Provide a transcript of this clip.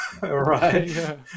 right